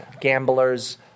Gamblers